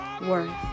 worth